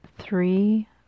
three